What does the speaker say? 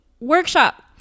workshop